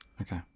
okay